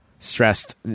stressed